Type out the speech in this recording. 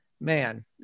man